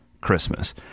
Christmas